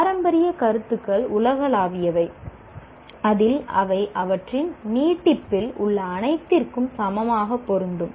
பாரம்பரிய கருத்துக்கள் உலகளாவியவை அதில் அவை அவற்றின் நீட்டிப்பில் உள்ள அனைத்திற்கும் சமமாக பொருந்தும்